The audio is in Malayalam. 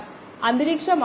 നിരവധി തരം ഉണ്ട്